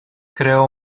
creò